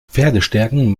pferdestärken